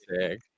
sick